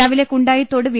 രാവിലെ കുണ്ടായിത്തോട് വി